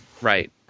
Right